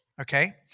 okay